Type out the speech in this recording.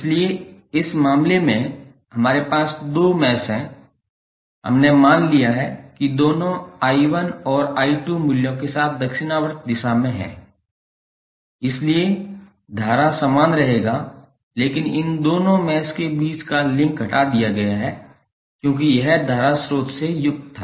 इसलिए इस मामले में हमारे पास दो मैश हैं हमने मान लिया है कि दोनों 𝑖1 और 𝑖2 मूल्यों के साथ दक्षिणावर्त दिशा में हैं इसलिए धारा समान रहेगा लेकिन इन दोनों मैश के बीच का लिंक हटा दिया गया है क्योंकि यह धारा स्रोत से युक्त था